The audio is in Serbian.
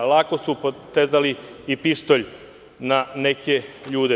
Lako su potezali i pištolj na neke ljude.